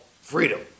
freedom